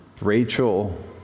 Rachel